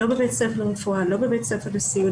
לא בבית הספר לרפואה ולא בבית הספר לסיעוד